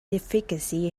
efficacy